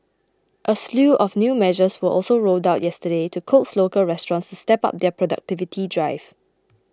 a slew of new measures were also rolled out yesterday to coax local restaurants to step up their productivity drive